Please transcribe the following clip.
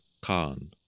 Khan